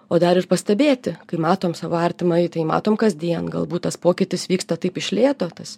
o dar ir pastebėti kai matom savo artimąjį tai matom kasdien galbūt tas pokytis vyksta taip iš lėto tas